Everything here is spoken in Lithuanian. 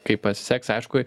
kaip pasiseks aišku